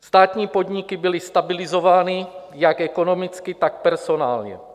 Státní podniky byly stabilizovány jak ekonomicky, tak personálně.